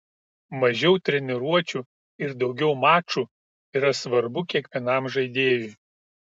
mažiau treniruočių ir daugiau mačų yra svarbu kiekvienam žaidėjui